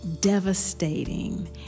devastating